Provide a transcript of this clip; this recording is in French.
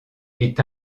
est